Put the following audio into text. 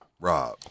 Rob